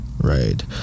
Right